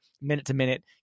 minute-to-minute